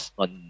on